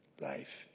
Life